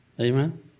Amen